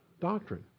doctrine